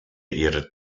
ihrer